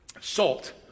salt